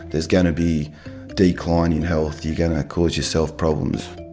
there's going to be decline in health, you're going to cause yourself problems.